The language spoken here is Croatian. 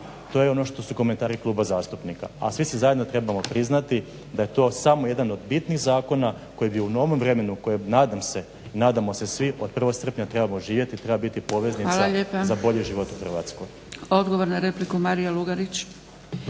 To je ono što su komentari kluba zastupnika, a svi se zajedno trebamo priznati da je to samo jedan od bitnih zakona koji bi u na onom vremenu, koje je nadam se i nadamo se svi od 1. srpnja trebamo živjeti, treba biti poveznica za bolji život u Hrvatskoj.